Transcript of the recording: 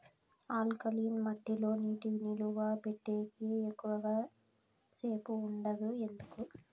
alkaline మట్టి లో నీటి నిలువ పెట్టేకి ఎక్కువగా సేపు ఉండదు ఎందుకు